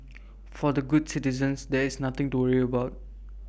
for the good citizens there is nothing to worry about